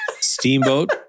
Steamboat